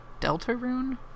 Deltarune